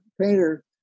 painter